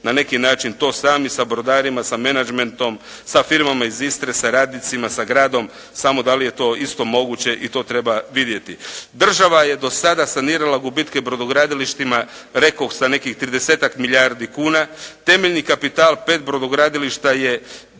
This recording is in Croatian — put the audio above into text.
na neki način to sami sa brodarima, sa menadžmentom, sa firmama iz Istre, sa radnicima, sa gradom, samo da li je to isto moguće i to treba vidjeti. Država je do sada sanirala gubitke brodogradilištima, rekoh sa nekih 30-ak milijardi kuna, temeljni kapital 5 brodogradilišta je